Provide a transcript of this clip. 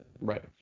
Right